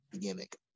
gimmick